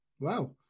Wow